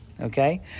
Okay